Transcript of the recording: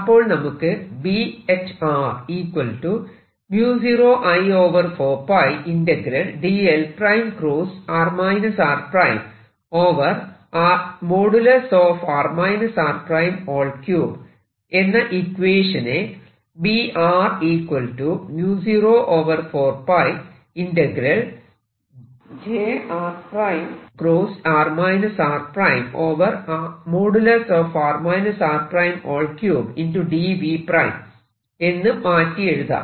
അപ്പോൾ നമുക്ക് എന്ന ഇക്വേഷനെ എന്ന് മാറ്റി എഴുതാം